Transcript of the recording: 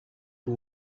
who